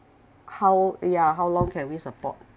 how ya how long can we support